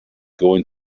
going